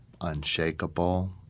unshakable